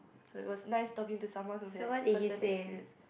so it was nice talking to someone who has first hand experience